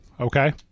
okay